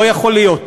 לא יכול להיות